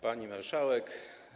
Pani Marszałek!